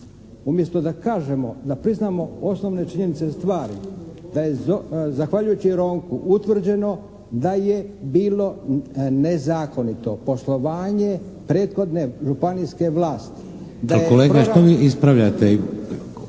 umjesto da kažemo, da priznamo osnovne činjenične stvari da je zahvaljujući Ronku utvrđeno da je bilo nezakonito poslovanje prethodne županijske vlasti, da je …